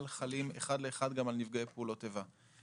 חלים אחד לאחד גם על נפגעי פעולות איבה.